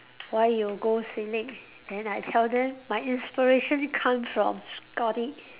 why you go then I tell them my inspiration come from